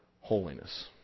holiness